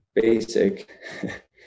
basic